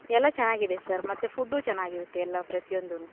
ಎಲ್ಲ ಚೆನ್ನಾಗಿದೆ ಸರ್ ಮತ್ತೆ ಫುಡ್ಡು ಚೆನ್ನಾಗಿರುತ್ತೆ ಎಲ್ಲ ಪ್ರತಿಯೊಂದೂ